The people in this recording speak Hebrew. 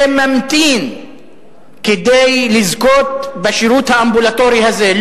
שממתין כדי לזכות בשירות האמבולטורי הזה,